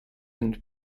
and